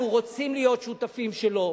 אנחנו רוצים להיות שותפים שלו,